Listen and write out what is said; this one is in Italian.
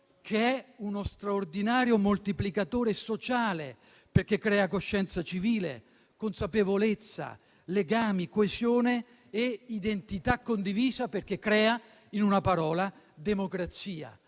che è uno straordinario moltiplicatore sociale, perché crea coscienza civile, consapevolezza, legami, coesione e identità condivisa. Crea, in una parola, democrazia.